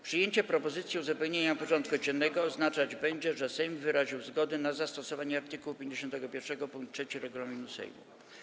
Przyjęcie propozycji uzupełnienia porządku dziennego oznaczać będzie, że Sejm wyraził zgodę na zastosowanie art. 51 pkt 3 regulaminu Sejmu.